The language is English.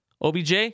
OBJ